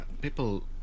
people